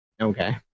okay